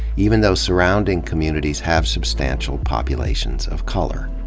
even though surrounding communities have substantial populations of color.